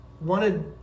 wanted